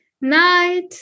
Night